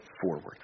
forward